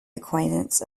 acquaintance